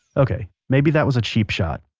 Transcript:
ok, maybe that was a cheap shot,